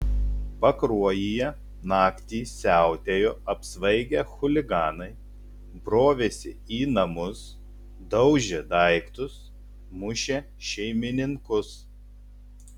pakruojyje naktį siautėjo apsvaigę chuliganai brovėsi į namus daužė daiktus mušė šeimininkus